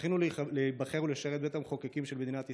זכינו להיבחר ולשרת בבית המחוקקים של מדינת ישראל,